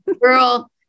Girl